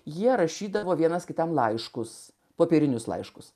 jie rašydavo vienas kitam laiškus popierinius laiškus